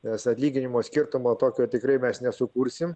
nes atlyginimo skirtumo tokio tikrai mes nesukursim